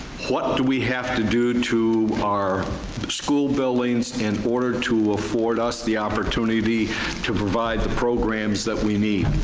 what do we have to do to our school buildings in order to afford us the opportunity to provide the programs that we need,